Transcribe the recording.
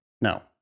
No